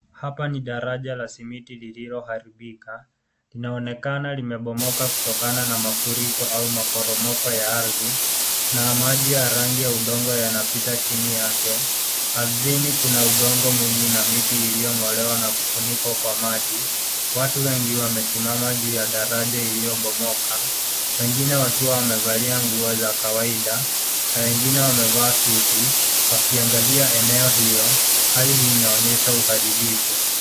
Hapa ni daraja na simiti lililoharibika. Linaonekana limepomoka kutokana na mafuriko au maporomoko ya ardhi, na maji ya rangi ya udongo yana pita chini yake. Ardhini kuna udongo mwingi na miti iliyong'olewa na kufunikwa kwa maji. Watu wengi, wamesimama juu ya daraja iliyopomoka. Wengine wakiwa wamevalia nguo za kawaida na wengine wamevaa suti, wakiangalia eneo hilo. Hali hii inaonyesha uharibifu.